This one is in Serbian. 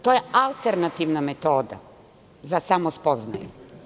To je alternativna metoda za samospoznaju.